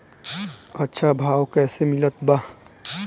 अच्छा भाव कैसे मिलत बा?